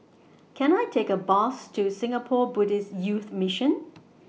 Can I Take A Bus to Singapore Buddhist Youth Mission